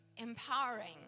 empowering